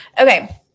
Okay